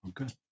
Okay